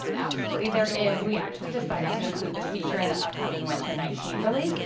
um absolutely there is, we actually decided to include this feature in the upcoming winter nineteen release.